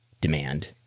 demand